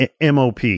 MOP